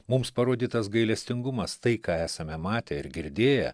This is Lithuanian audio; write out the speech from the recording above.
mums parodytas gailestingumas tai ką esame matę ir girdėję